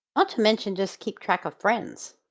not to mention just keep track of friends.